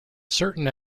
certain